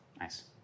Nice